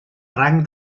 rang